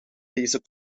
deze